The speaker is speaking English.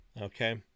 Okay